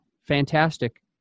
fantastic